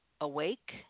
Awake